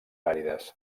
àrides